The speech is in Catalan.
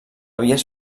vies